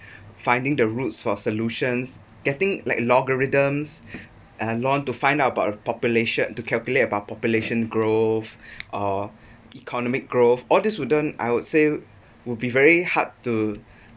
finding the routes for solutions getting like logarithms and learn to find out about a population to calculate about population growth or economic growth all these wouldn't I would say would be very hard to